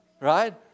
Right